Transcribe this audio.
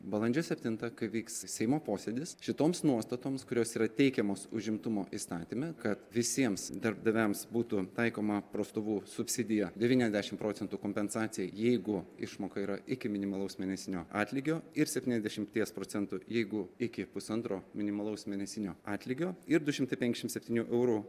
balandžio septintą kai vyks seimo posėdis šitoms nuostatoms kurios yra teikiamos užimtumo įstatyme kad visiems darbdaviams būtų taikoma prastovų subsidija devyniasdešimt procentų kompensacija jeigu išmoka yra iki minimalaus mėnesinio atlygio ir septyniasdešimties procentų jeigu iki pusantro minimalaus mėnesinio atlygio ir du šimtai penkiasdešim septynių eurų